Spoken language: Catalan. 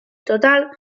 total